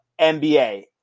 NBA